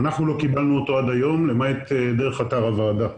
אנחנו עד היום לא קיבלנו אותו למעט דרך אתר הוועדה.